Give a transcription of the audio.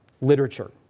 literature